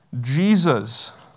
Jesus